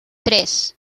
tres